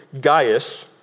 Gaius